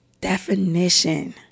Definition